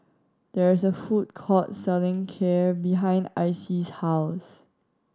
there is a food court selling Kheer behind Icy's house